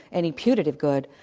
any putative good.